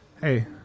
hey